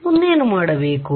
ಮುಂದೇನು ಮಾಡಬೇಕು